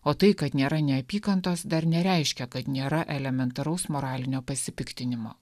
o tai kad nėra nė apykantos dar nereiškia kad nėra elementaraus moralinio pasipiktinimo